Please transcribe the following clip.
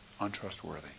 untrustworthy